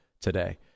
today